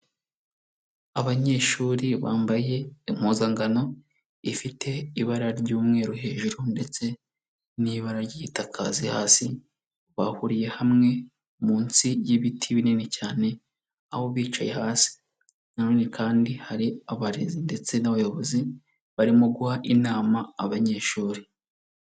Abanyeshuri bambaye impuzangano ifite ibara ry'umweru hejuru ndetse n'ibara ry'igitakazi hasi, bahuriye hamwe munsi y'ibiti binini cyane aho bicaye hasi, na none kandi hari abarezi ndetse n'abayobozi barimo guha inama abanyeshuri.